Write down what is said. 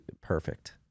perfect